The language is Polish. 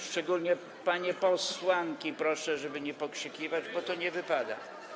Szczególnie panie posłanki proszę, żeby nie pokrzykiwać, bo to nie wypada.